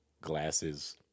glasses